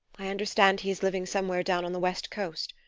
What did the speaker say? i understand he is living somewhere down on the west coast.